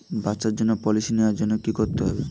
বাচ্চার জন্য পলিসি নেওয়ার জন্য কি করতে হবে?